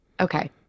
Okay